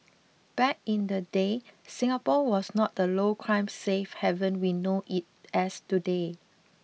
back in the day Singapore was not the low crime safe haven we know it as today